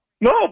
No